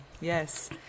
Yes